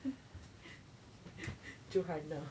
johanna